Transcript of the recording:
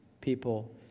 people